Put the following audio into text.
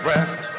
Rest